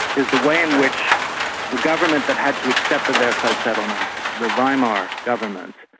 is the way in which the government that had to accept the versailles settlement, the weimar government,